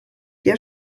der